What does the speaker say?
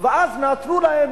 ואז נתנו להם,